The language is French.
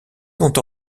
sont